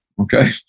okay